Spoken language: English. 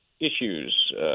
issues